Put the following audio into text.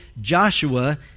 Joshua